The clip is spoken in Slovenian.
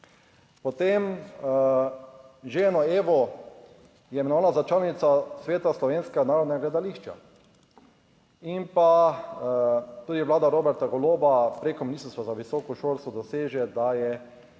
potem ženo Evo je imenovana za članico sveta Slovenskega narodnega gledališča. In pa tudi Vlada Roberta Goloba preko Ministrstva za visoko šolstvo doseže, da je